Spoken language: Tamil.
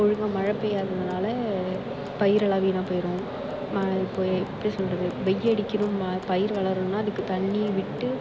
ஒழுங்காக மழை பேய்யாததுனால பயிரெல்லாம் வீணாக போயிடும் மா இப்போது எப்படி சொல்லுறது வெய்ல் அடிக்கணும் மா பயிர் வளரணும்ன்னா அதுக்கு தண்ணி விட்டு